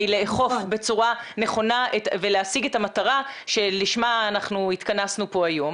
לאכוף בצורה נכונה ולהשיג את המטרה שלשמה התכנסנו כאן היום,